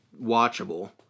watchable